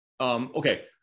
okay